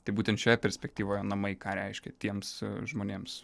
tai būtent šioje perspektyvoje namai ką reiškia tiems žmonėms